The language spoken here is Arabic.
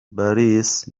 باريس